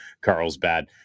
Carlsbad